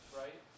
right